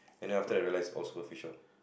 and then after that I realise all superficial